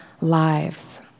lives